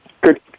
Good